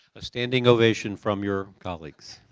a standing ovation from your colleagues